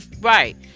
right